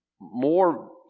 more